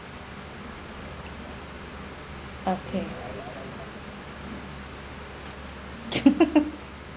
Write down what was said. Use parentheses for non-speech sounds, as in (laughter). okay (laughs)